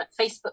facebook